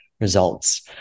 results